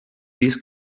this